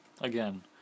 Again